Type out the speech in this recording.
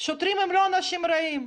שוטרים הם לא אנשים רעים,